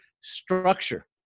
structure